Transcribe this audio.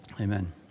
Amen